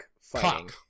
fighting